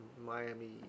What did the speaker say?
Miami